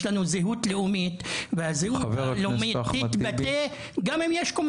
יש לנו זהות לאומית והזהות הלאומית תתבטא גם אם יש קומיסרים.